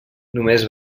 només